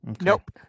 nope